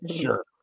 sure